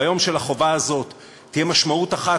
ביום שלחובה הזאת תהיה משמעות אחת